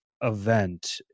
event